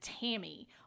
tammy